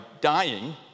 dying